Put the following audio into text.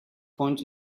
point